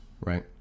right